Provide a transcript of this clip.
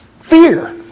Fear